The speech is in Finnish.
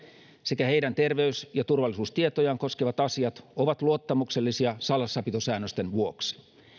sekä heidän terveys ja turvallisuustietojaan koskevat asiat ovat luottamuksellisia salassapitosäännösten vuoksi